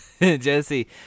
Jesse